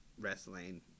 wrestling